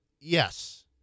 Yes